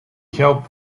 helps